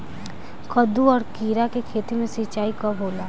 कदु और किरा के खेती में सिंचाई कब होला?